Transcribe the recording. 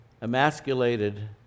emasculated